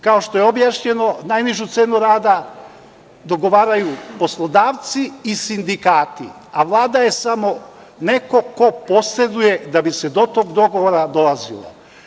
Kao što je objašnjeno, najnižu cenu rada dogovaraju poslodavci i sindikati, a Vlada je samo neko ko posreduje da bi se do tog dogovora dolazilo.